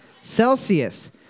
Celsius